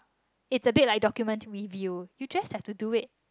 it's a bit like documentary review you just have to do it